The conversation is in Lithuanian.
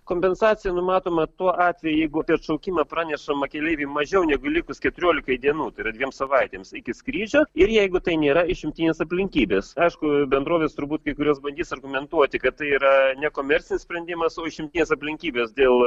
kompensacija numatoma tuo atveju jeigu apie atšaukimą pranešama keleiviui mažiau negu likus keturiolikai dienų tai yra dviem savaitėms iki skrydžio ir jeigu tai nėra išimtinės aplinkybės aišku bendrovės turbūt kai kurios bandys argumentuoti kad tai yra nekomercinis sprendimas užimties aplinkybės dėl